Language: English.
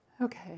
Okay